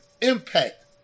impact